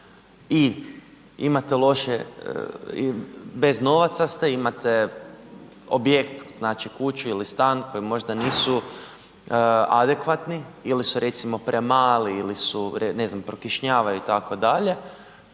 djeteta i bez novaca ste, imate objekt, znači kuću ili stan koji možda nisu adekvatni ili su recimo premali ili ne znam prokišnjavaju itd.,